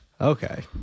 Okay